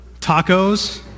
Tacos